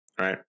Right